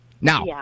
Now